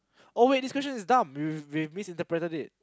oh wait this question is dumb we've we've misinterpreted it